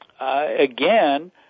again